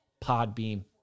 Podbeam